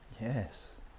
Yes